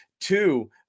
Two